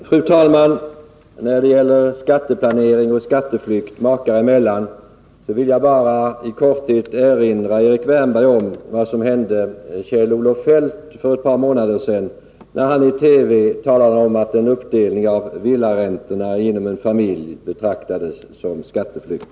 Fru talman! När det gäller skatteplanering makar emellan och skatteflykt vill jag bara i korthet erinra Erik Wärnberg om vad som hände Kjell-Olof Feldt för ett par månader sedan, när han i TV talade om att en uppdelning av villaräntorna inom en familj betraktades som skatteflykt.